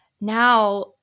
now